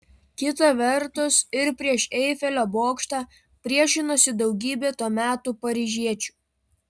kita vertus ir prieš eifelio bokštą priešinosi daugybė to meto paryžiečių